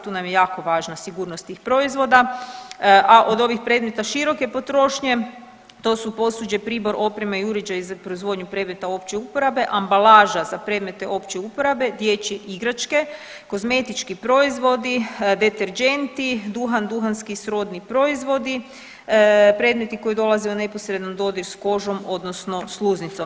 Tu nam je jako važna sigurnost tih proizvoda, a od ovih predmeta široke potrošnje to su posuđe, pribor, oprema i uređaji za proizvodnju predmeta opće uporabe, ambalaža za predmete opće uporabe, dječje igračke, kozmetički proizvodi, deterdženti, duhan, duhanski i srodni proizvodi, predmeti koji dolaze u neposredan dodir s kožom odnosno sluznicom.